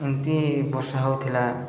ଏମିତି ବର୍ଷା ହଉଥିଲା